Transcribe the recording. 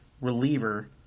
reliever